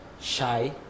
shy